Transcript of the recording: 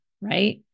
right